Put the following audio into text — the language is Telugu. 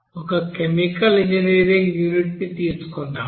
ఒక కెమికల్ ఇంజనీరింగ్ యూనిట్ తీసుకుందాం